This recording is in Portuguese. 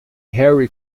harry